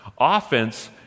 Offense